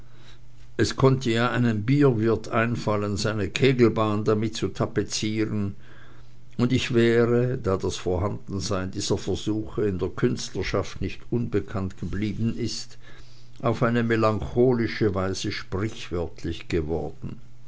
es konnte ja einem bierwirt einfallen seine kegelbahn damit zu tapezieren und ich wäre da das vorhandensein dieser versuche in der künstlerschaft nicht unbekannt geblieben ist auf eine melancholische weise sprichwörtlich geworden